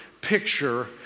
picture